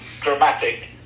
dramatic